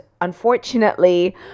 unfortunately